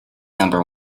number